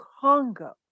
Congo